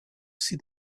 see